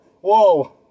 whoa